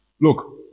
Look